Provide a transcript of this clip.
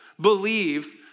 believe